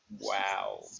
Wow